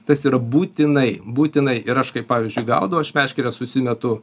tas yra būtinai būtinai ir aš kai pavyzdžiui gaudau aš meškerę susimetu